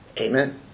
Amen